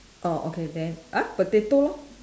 orh okay then uh potato